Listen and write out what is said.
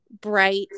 bright